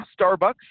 Starbucks